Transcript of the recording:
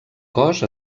cos